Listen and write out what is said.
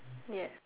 ya